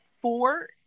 four